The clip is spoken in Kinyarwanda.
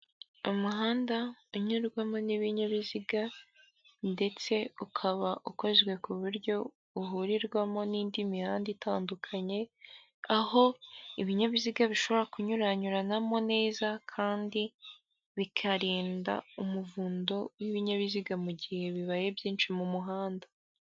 Umuhanda unyurwamo n'ibinyabiziga ndetse ukaba ukozwe ku buryo uhurirwamo n'indi mihanda itandukanye, aho ibinyabiziga bishobora kunyuranyuranamo neza kandi bikarinda umuvundo w'ibinyabiziga mu gihe bibaye byinshi mu muhanda.